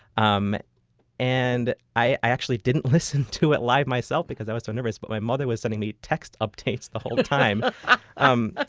um and i i actually didn't listen to it live myself because i was so nervous, but my mother was sending me text updates the whole time um ah